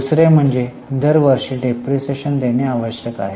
दुसरे म्हणजे दर वर्षी डिप्रीशीएशन देणे आवश्यक आहे